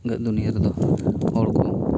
ᱜᱟᱜ ᱫᱩᱱᱤᱭᱟᱹ ᱨᱮᱫᱚ ᱦᱚᱲ ᱠᱚ